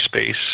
space